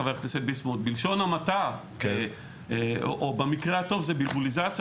חבר הכנסת ביסמוט: במקרה הטוב זו בלבוליזציה,